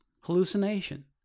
hallucination